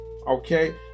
Okay